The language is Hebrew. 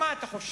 מה אתה חושב,